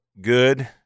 good